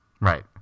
Right